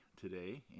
today